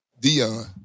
Dion